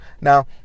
now